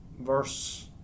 verse